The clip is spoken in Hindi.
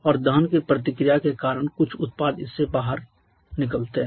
और दहन की प्रतिक्रिया के कारण कुछ उत्पाद इससे बहार निकलते हैं